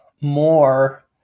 more